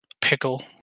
Pickle